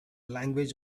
language